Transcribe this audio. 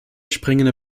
springende